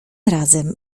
razem